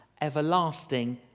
everlasting